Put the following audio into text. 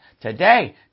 Today